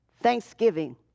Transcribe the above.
Thanksgiving